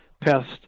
pest